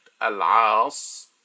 Al-As